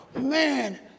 man